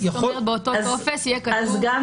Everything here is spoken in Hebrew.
זאת אומרת שבאותו טופס יהיה כתוב